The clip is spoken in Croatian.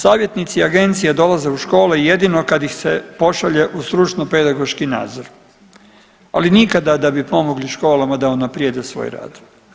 Savjetnici agencije dolaze u škole jedino kad ih se pošalje u stručno-pedagoški nadzor, ali nikada da bi pomogli školama da unaprijede svoj rad.